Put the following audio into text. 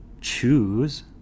choose